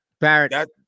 Barrett